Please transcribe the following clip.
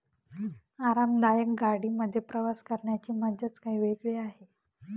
आरामदायक गाडी मध्ये प्रवास करण्याची मज्जाच काही वेगळी आहे